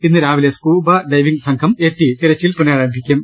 ഇന്ന് രാവിലെ scuba diving സംഘം എത്തി തിരച്ചിൽ പുനരാരംഭിക്കും